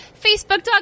Facebook.com